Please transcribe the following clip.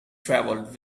travelled